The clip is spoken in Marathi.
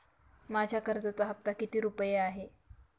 माझ्या कर्जाचा हफ्ता किती रुपये आहे?